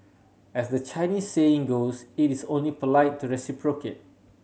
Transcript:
as the Chinese saying goes it is only polite to reciprocate